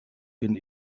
den